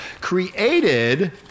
created